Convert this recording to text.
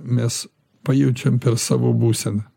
mes pajaučiam per savo būseną